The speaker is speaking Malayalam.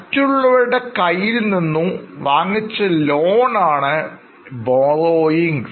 മറ്റുള്ളവരുടെ കയ്യിൽ നിന്നും വാങ്ങിച്ച ലോൺ ആണ് Borrowings